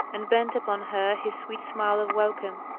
and bend upon her his sweet smile of welcome.